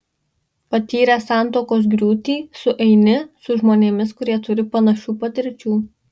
patyręs santuokos griūtį sueini su žmonėmis kurie turi panašių patirčių